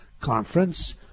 conference